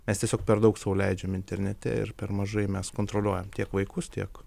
mes tiesiog per daug sau leidžiam internete ir per mažai mes kontroliuojam tiek vaikus tiek